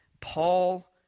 Paul